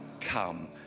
come